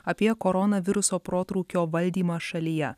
apie koronaviruso protrūkio valdymą šalyje